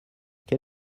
quel